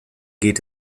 geht